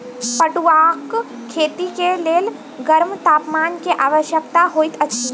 पटुआक खेती के लेल गर्म तापमान के आवश्यकता होइत अछि